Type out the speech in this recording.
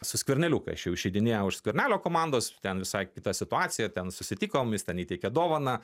su skverneliu kai aš išeidinėjau iš skvernelio komandos ten visai kita situacija ten susitikom jis ten įteikė dovaną